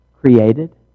created